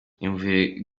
iyumvire